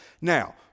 Now